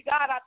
God